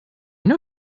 know